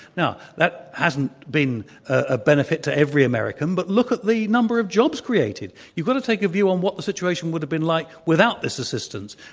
now, that hasn't been a benefit to every american, but look at the number of jobs created. you've got to take a view on what the situation would have been like without this assistance.